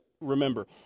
remember